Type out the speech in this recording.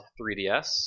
3DS